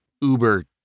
uber